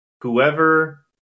whoever